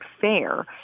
fair